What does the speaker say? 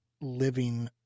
living